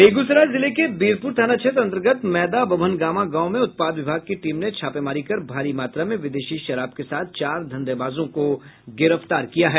बेगूसराय जिले के बीरपुर थाना क्षेत्र अंतर्गत मैदा बभनगामा गांव में उत्पाद विभाग की टीम ने छापेमारी कर भारी मात्रा में विदेशी शराब के साथ चार धंधेबाजों को गिरफ्तार किया है